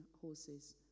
horses